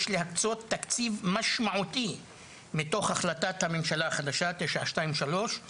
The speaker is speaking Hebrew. יש להקצות תקציב משמעותי מתוך החלטת הממשלה החדשה 923,